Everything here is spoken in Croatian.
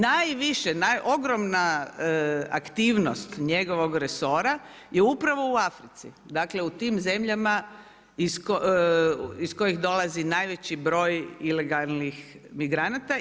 Najviše, ogromna aktivnost njegovog resora je upravo u Africi, dakle u tim zemljama iz kojih dolazi najveći broj ilegalnih migranata.